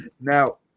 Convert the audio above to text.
Now